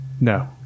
No